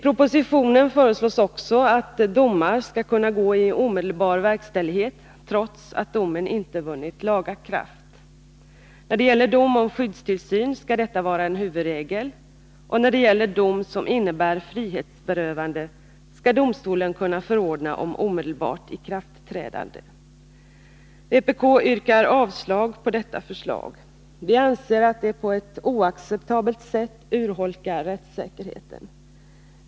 I propositionen föreslås också att vissa domar skall kunna gå i omedelbar verkställighet, trots att de inte vunnit laga kraft. När det gäller dom om skyddstillsyn skall detta vara en huvudregel, och när det gäller dom som innebär frihetsberövande skall domstolen kunna förordna om omedelbart i kraftträdande. Vpk yrkar avslag på detta förslag. Vi anser att det på ett oacceptabelt sätt urholkar rättssäkerheten.